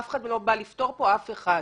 אף אחד לא בא לפטור פה אף אחד.